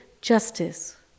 justice